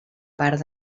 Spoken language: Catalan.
part